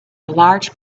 large